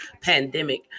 pandemic